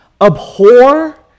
abhor